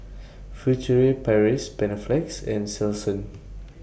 Furtere Paris Panaflex and Selsun